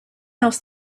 else